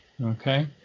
okay